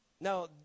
Now